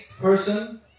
person